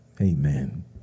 Amen